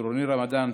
טורניר רמדאן,